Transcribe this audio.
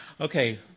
okay